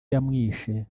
yamwishe